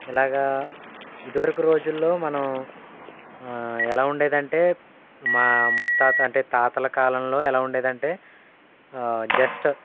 ఇలాగా ఇది వరకు రోజుల్లో మనం ఎలా ఉండేదంటే మా ముత్తాత అంటే తాతల కాలంలో ఎలా ఉండేది అంటే జస్ట్